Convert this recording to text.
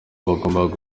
bagombaga